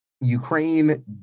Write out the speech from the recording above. Ukraine